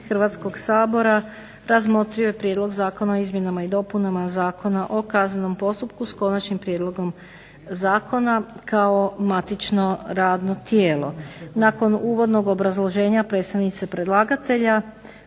Hrvatskog sabora razmotrio je prijedlog Zakona o izmjenama i dopunama Zakona o kaznenom postupku s Konačnim prijedlogom zakona kao matično radno tijelo. Nakon uvodnog obrazloženja predstavnice predlagatelja